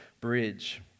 Bridge